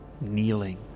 kneeling